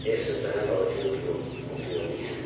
ये सुविधाएँ बहुत ही उपलो उपयोगी है